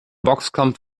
boxkampf